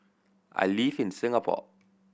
I live in Singapore